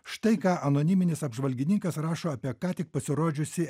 štai ką anoniminis apžvalgininkas rašo apie ką tik pasirodžiusį